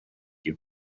you